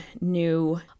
new